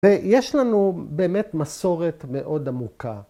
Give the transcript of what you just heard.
‫ויש לנו באמת מסורת מאוד עמוקה.